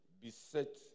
beset